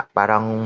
parang